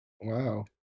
Wow